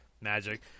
Magic